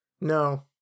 no